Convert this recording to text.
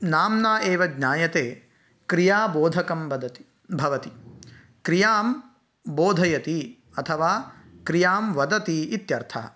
नाम्ना एव ज्ञायते क्रियाबोधकं वदति भवति क्रियां बोधयति अथवा क्रियां वदति इत्यर्थः